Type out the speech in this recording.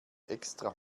extra